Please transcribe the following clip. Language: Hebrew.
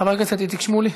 חבר הכנסת איציק שמולי,